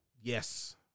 Yes